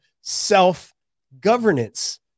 self-governance